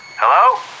Hello